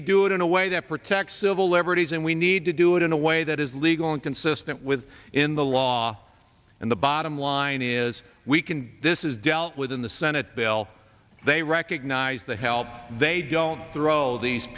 to do it in a way that protects civil liberties and we need to do it in a way that is legal and consistent with in the law and the bottom line is we can this is dealt with in the senate well they recognize that help they don't throw these